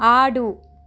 ఆడు